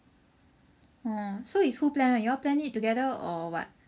oh so is who plan one you all plan it together or what